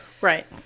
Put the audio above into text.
right